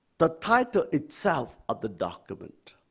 the title itself of the document,